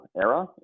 era